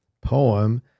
poem